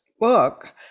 book